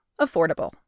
affordable